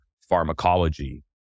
pharmacology